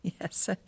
Yes